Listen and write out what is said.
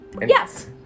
yes